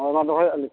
ᱦᱮᱸ ᱢᱟ ᱫᱚᱦᱚᱭᱮᱫᱼᱟ ᱞᱤᱧ